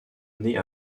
née